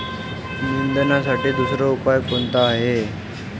निंदनासाठी दुसरा उपाव कोनचा हाये?